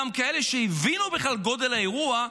גם אלה שהבינו בכלל את גודל האירוע,